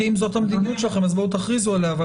כי עם זאת המדיניות שלכם אז בואו תכריזו עליה אבל